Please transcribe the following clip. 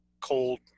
cold